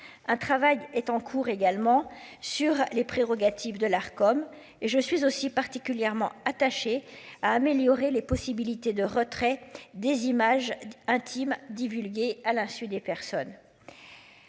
un travail est en cours également sur les prérogatives de l'Arcom et je suis aussi particulièrement attaché à améliorer les possibilités de retrait des images intimes divulgué à l'insu des personnes.